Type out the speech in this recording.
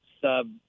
sub –